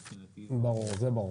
מבחינתי זה ברור.